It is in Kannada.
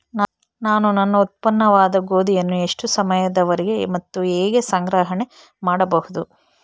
ನಾನು ನನ್ನ ಉತ್ಪನ್ನವಾದ ಗೋಧಿಯನ್ನು ಎಷ್ಟು ಸಮಯದವರೆಗೆ ಮತ್ತು ಹೇಗೆ ಸಂಗ್ರಹಣೆ ಮಾಡಬಹುದು?